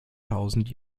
tausend